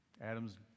adam's